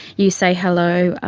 you say hello,